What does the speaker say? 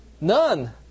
None